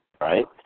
right